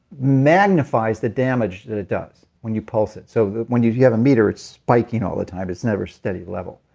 magnifies the damage that it does when you pulse it. so when you you have a meter, it's spiking all the time, it's never steady level,